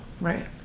Right